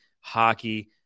hockey